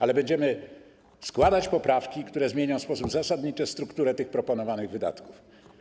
Ale będziemy składać poprawki, które zmienią w sposób zasadniczy strukturę proponowanych wydatków.